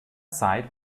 zeit